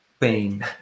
pain